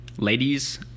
Ladies